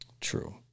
True